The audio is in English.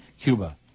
Cuba